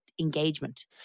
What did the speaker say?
engagement